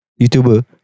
YouTuber